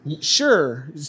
Sure